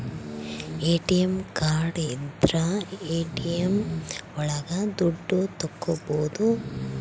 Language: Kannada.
ಎ.ಟಿ.ಎಂ ಕಾರ್ಡ್ ಇದ್ರ ಎ.ಟಿ.ಎಂ ಒಳಗ ದುಡ್ಡು ತಕ್ಕೋಬೋದು